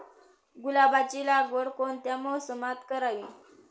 गुलाबाची लागवड कोणत्या मोसमात करावी?